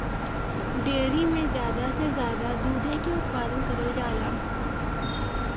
dairy में जादा से जादा दुधे के उत्पादन करल जाला